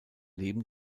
leben